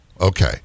Okay